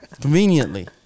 Conveniently